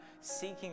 seeking